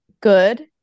good